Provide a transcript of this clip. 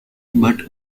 but